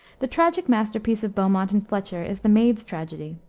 the tragic masterpiece of beaumont and fletcher is the maid's tragedy,